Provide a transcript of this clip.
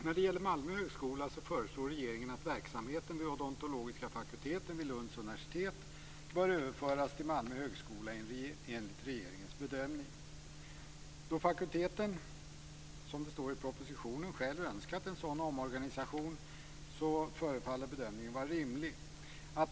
När det gäller Malmö högskola gör regeringen bedömningen att verksamheten vid odontologiska fakulteten vid Lunds universitet bör överföras till Malmö högskola. Då fakulteten, som det står i propositionen, själv önskat en sådan omorganisation förefaller bedömningen vara rimlig.